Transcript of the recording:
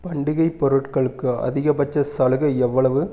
பண்டிகை பொருட்களுக்கு அதிகபட்ச சலுகை எவ்வளவு